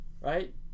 right